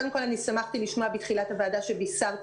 קודם כל אני שמחתי לשמוע בתחילת הישיבה שבישרתם